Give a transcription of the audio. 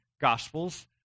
gospels